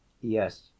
Yes